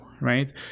right